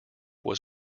was